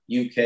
UK